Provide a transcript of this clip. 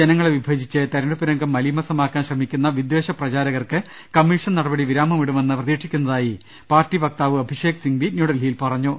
ജനങ്ങളെ വിഭജിച്ച് തെരഞ്ഞെടുപ്പ് രംഗം മലീമസമാക്കാൻ ശ്രമിക്കുന്ന വിദ്വേഷ പ്രചാരകർക്ക് കമ്മീഷൻ നടപടി വിരാമമിടു മെന്ന് പ്രതീക്ഷിക്കുന്നതായി പാർട്ടി വക്താവ് അഭിഷേക് സിങ്വി ന്യൂഡൽഹിയിൽ പറഞ്ഞു